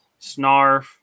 Snarf